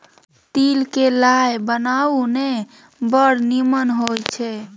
तिल क लाय बनाउ ने बड़ निमन होए छै